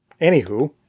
Anywho